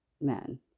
men